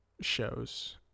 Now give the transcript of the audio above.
shows